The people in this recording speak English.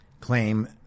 claim